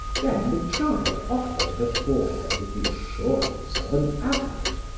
then the child offered her forehead with the assurance of an adult,